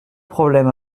problème